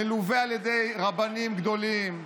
מלֻווה על ידי רבנים גדולים,